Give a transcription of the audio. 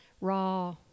raw